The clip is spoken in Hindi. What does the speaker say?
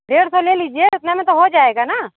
डेढ़ सौ ले लीजिए इतने में तो हो जाएगा ना